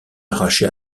arraché